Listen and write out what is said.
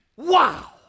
Wow